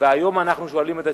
והיום אנחנו שואלים את עצמנו: